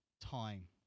time